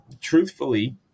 truthfully